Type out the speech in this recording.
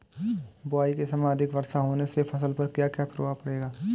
बुआई के समय अधिक वर्षा होने से फसल पर क्या क्या प्रभाव पड़ेगा?